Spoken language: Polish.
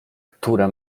która